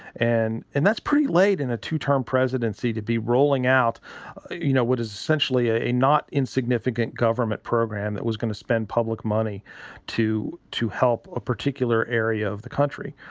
and and that's pretty laid in a two term presidency to be rolling out you know what is essentially a not insignificant government program that was going to spend public money to to help a particular area of the country.